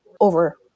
over